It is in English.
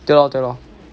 对咯对咯嗯